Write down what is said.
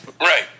Right